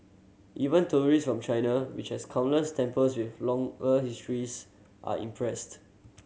even tourist from China which has countless temples with longer histories are impressed